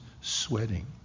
sweating